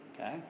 okay